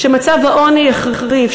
שמצב העוני החריף,